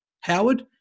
Howard